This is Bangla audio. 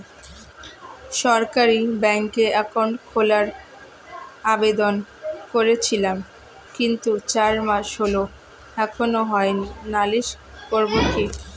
সরকারি ব্যাংকে একাউন্ট খোলার আবেদন করেছিলাম কিন্তু চার মাস হল এখনো হয়নি নালিশ করব কি?